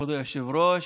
כבוד היושב-ראש,